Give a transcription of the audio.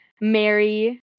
Mary